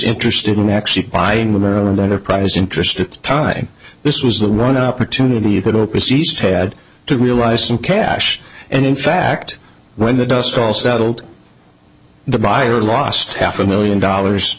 interested in actually buying with maryland enterprise interest at the time this was the one opportunity you could opus east had to realize some cash and in fact when the dust all settled the buyer lost half a million dollars